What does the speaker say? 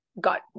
got